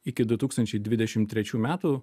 iki du tūkstančiai dvidešim trečių metų